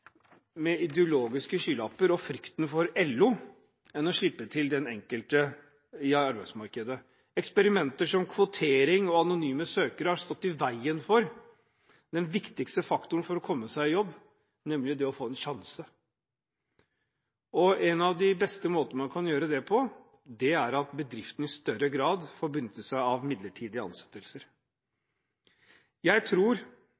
til i arbeidsmarkedet. Eksperimenter som kvotering og anonyme søkere har stått i veien for den viktigste faktoren for å komme i jobb, nemlig det å få en sjanse. En av de beste måtene man kan gjøre det på, er at bedriftene i større grad får benytte seg av midlertidige ansettelser. Jeg tror